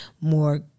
more